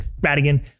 Radigan